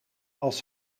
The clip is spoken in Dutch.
als